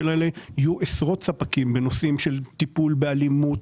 האלה יהיו עשרות ספקים בנושאים של טיפול באלימות,